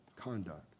conduct